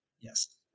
Yes